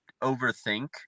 overthink